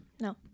No